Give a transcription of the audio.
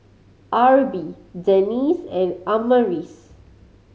Arbie Dennis and Amaris